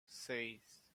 seis